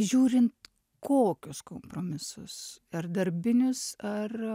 žiūrint kokius kompromisus ar darbinius ar